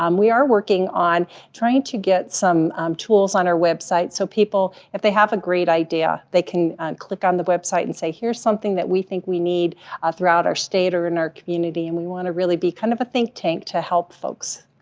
um we are working on trying to get some um tools on our website, so people, if they have a great idea, they can click on the website and say, here's something that we think we need ah throughout our state, or in our community, and we wanna really be kind of a think tank to help folks.